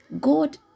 God